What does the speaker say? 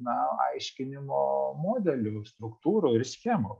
na aiškinimo modelių struktūrų ir schemų